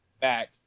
Back